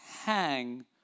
hang